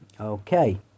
Okay